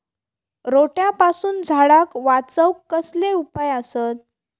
रोट्यापासून झाडाक वाचौक कसले उपाय आसत?